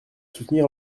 soutenir